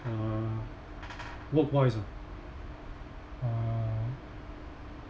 uh work wise ah uh